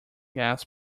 gas